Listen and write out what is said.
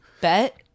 Bet